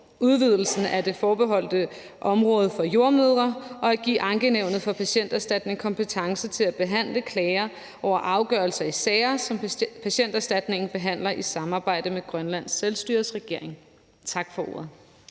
Udvidelsen af det forbeholdte område for jordemødre og det at give Ankenævnet for Patienterstatningenkompetence til at behandle klager over afgørelser i sager, som Patienterstatningen behandler i samarbejde med Grønlands selvstyres regering. Tak for ordet.